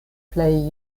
plej